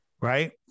right